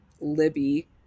Libby